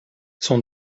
son